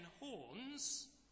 horns